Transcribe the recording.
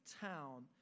town